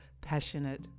passionate